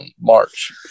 March